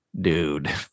dude